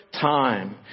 time